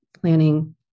planning